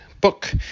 book